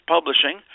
Publishing